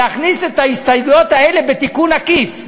להכניס את ההסתייגויות האלה בתיקון עקיף,